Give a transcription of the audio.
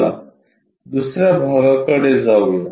चला दुसऱ्या भागाकडे जाऊया